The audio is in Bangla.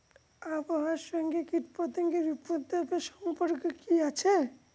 আবহাওয়ার সঙ্গে কীটপতঙ্গের উপদ্রব এর সম্পর্ক কি আছে?